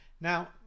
Now